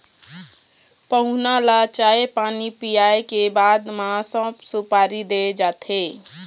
पहुना ल चाय पानी पिलाए के बाद म सउफ, सुपारी दे जाथे